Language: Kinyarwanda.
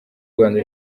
rwanda